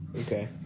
Okay